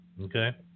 Okay